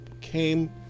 came